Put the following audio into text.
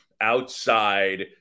outside